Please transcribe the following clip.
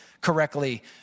correctly